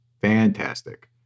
Fantastic